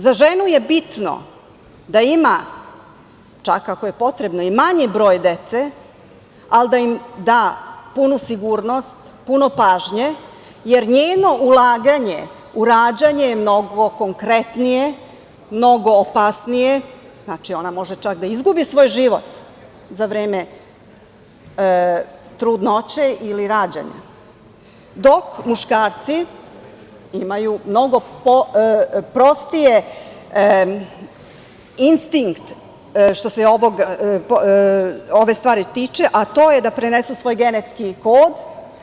Za ženu je bitno da ima, čak ako je potrebno i manji broj dece, ali da im da punu sigurnost, puno pažnje, jer njeno ulaganje u rađanje je mnogo konkretnije, mnogo opasnije, ona čak može da izgubi svoj život za vreme trudnoće ili rađanja, dok muškarci imaju mnogo prostiji instinkt što se ove stvari tiče, a to je da prenesu svoj genetski kod.